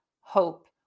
hope